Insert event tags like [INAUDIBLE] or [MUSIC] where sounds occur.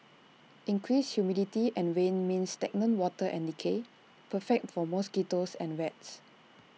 increased humidity and rain means stagnant water and decay [NOISE] perfect for mosquitoes and rats